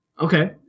Okay